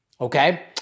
okay